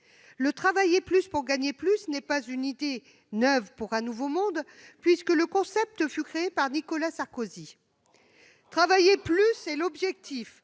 « Travailler plus pour gagner plus » n'est pas une idée neuve pour un nouveau monde, puisque le concept fut créé par Nicolas Sarkozy. « Travailler plus » est l'objectif